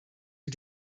wir